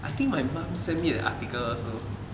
I think my mums send me that article also